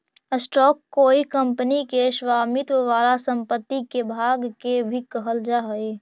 stock कोई company के स्वामित्व वाला संपत्ति के भाग के भी कहल जा हई